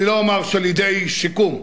אני לא אומר "לידי שיקום",